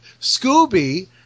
scooby